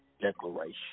Declaration